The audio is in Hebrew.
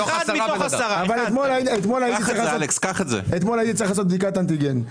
אתמול הייתי צריך לעשות בדיקת אנטיגן.